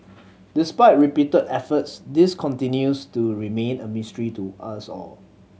despite repeated efforts this continues to remain a mystery to us all